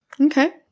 Okay